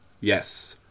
yes